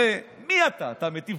הרי מי אתה?